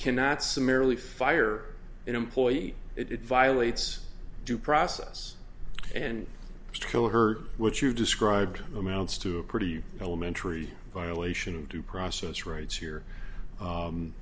cannot summarily fire an employee it violates due process and kill her which you described amounts to a pretty elementary violation of due process rights here